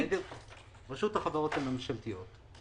רשות החברות הממשלתיות,